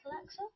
Alexa